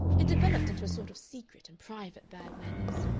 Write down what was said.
it developed into a sort of secret and private bad manners.